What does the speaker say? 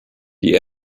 die